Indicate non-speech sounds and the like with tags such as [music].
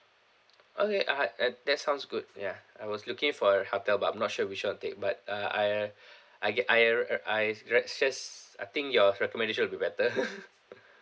okay I uh that sounds good ya I was looking for a hotel but I'm not sure which [one] to take but uh I [breath] I get I r~ I res~ just I think your recommendation will be better [laughs]